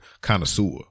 connoisseur